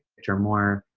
victor moore,